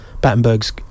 battenberg's